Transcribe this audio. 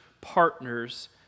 partners